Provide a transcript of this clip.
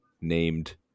Named